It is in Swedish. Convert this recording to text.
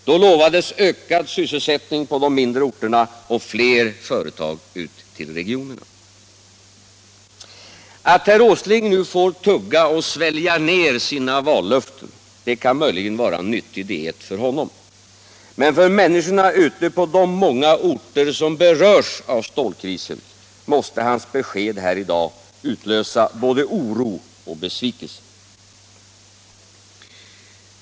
Då lovades ökad sysselsättning på de mindre orterna och fler företag ut till regionerna. Att herr Åsling nu får tugga och svälja ner sina vallöften kan möjligen vara en nyttig diet för honom. Men hos människorna ute på de många orter, som berörs av stålkrisen, måste hans besked här i dag utlösa både oro och besvikelse.